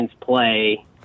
play